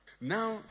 Now